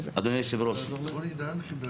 אדוני היושב-ראש, אני